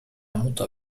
mutter